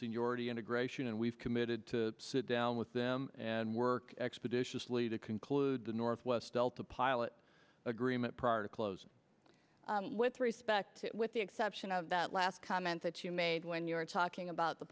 seniority integration and we've committed to sit down with them and work expeditiously to conclude the northwest delta pilot agreement prior to close with respect to with the exception of that last comment that you made when you were talking about the